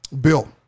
Bill